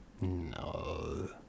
No